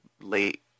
late